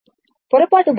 పొరపాటు మొదట్లో T 2π